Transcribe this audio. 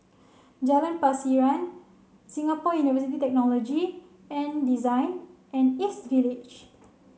Jalan Pasiran Singapore University Technology and Design and East Village